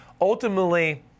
ultimately